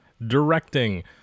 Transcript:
Directing